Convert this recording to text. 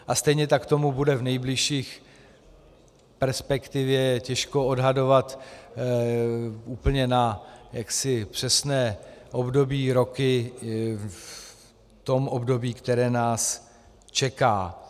A stejně tak tomu bude v nejbližší perspektivě, těžko odhadovat úplně na přesně období, roky, v tom období, které nás čeká.